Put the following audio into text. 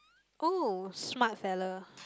oh smart fella